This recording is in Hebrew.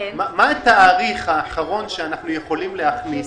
מה התאריך האחרון שאנחנו יכולים להכניס,